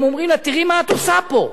הם אומרים לה: תראי מה את עושה פה,